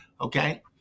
okay